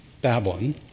Babylon